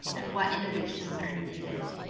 and what innovations are needed?